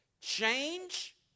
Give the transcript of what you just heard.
Change